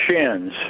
shins